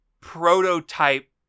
prototype